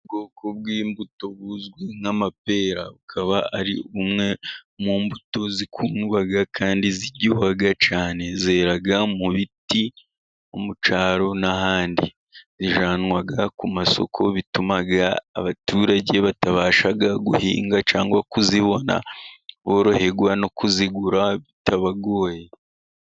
Ubwoko bw'imbuto buzwi nk'amapera, bukaba ari bumwe mu mbuto zikundwa kandi ziryoha cyane, zera mu biti, mu cyaro n'ahandi, zijyanwa ku masoko bituma abaturage batabasha guhinga cyangwa kuzibona boroherwa no kuzigura bitabagoye.